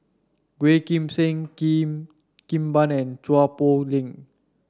Yeoh Ghim Seng Cheo Kim Ban and Chua Poh Leng